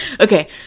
okay